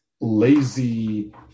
lazy